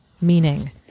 meaning